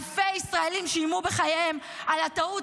אלפי ישראלים שילמו בחייהם על הטעות